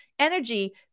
energy